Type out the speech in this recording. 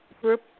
group